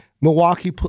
Milwaukee